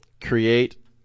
create